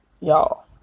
y'all